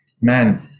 man